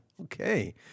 Okay